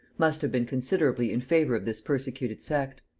must have been considerably in favor of this persecuted sect.